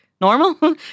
normal